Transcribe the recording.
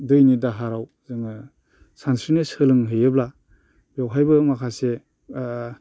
दैनि दाहाराव जोङो सानस्रिनाय सोलोंहैयोब्ला बेवहायबो माखासे